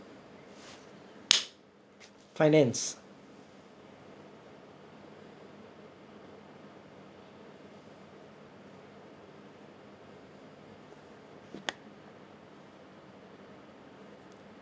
finance